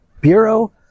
Bureau